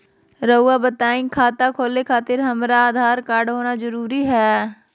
रउआ बताई खाता खोले खातिर हमरा आधार कार्ड होना जरूरी है?